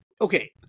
okay